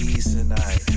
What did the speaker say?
tonight